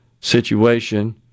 situation